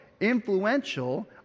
influential